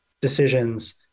decisions